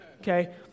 okay